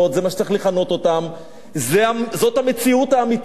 זה מה שצריך לכנות אותם, זאת המציאות האמיתית.